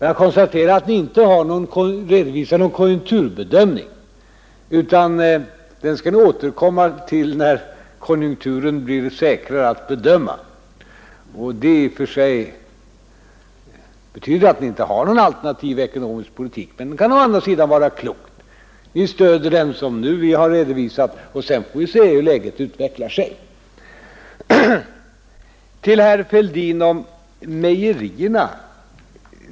Jag konstaterar att ni inte redovisar någon konjunkturbedömning — den skall ni återkomma till när konjunkturen blir säkrare att bedöma. Det betyder i och för sig att ni inte har någon alternativ ekonomisk politik, men det kan å andra sidan vara klokt; ni stöder den som vi nu har redovisat, och sedan får vi se hur läget utvecklar sig. Så till vad herr Fälldin sade om mejerierna.